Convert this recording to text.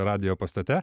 radijo pastate